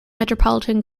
metropolitan